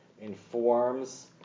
informs